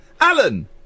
Alan